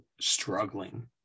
struggling